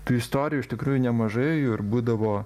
tų istorijų iš tikrųjų nemažai jų ir būdavo